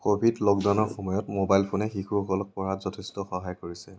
Covid লকডাউনৰ সময়ত mobile ফোনে শিশুসকলক পঢ়াত যথেষ্ট সহায় কৰিছে